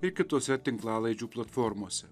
ir kitose tinklalaidžių platformose